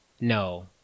no